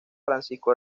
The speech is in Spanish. francisco